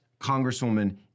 Congresswoman